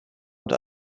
und